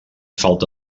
falta